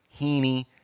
Heaney